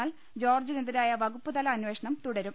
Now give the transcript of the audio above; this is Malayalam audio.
എന്നാൽ ജോർജിനെതിരായ വകുപ്പുതല അന്വേഷണം തുടരും